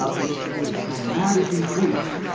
ah we've seen a dramatic increase,